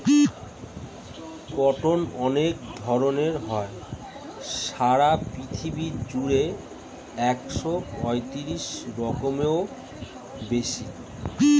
cotton অনেক ধরণ হয়, সারা পৃথিবী জুড়ে একশো পঁয়ত্রিশ রকমেরও বেশি